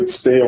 stay